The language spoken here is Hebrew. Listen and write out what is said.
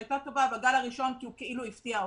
שהייתה טובה בגל הראשון כי הוא כאילו הפתיע אותנו.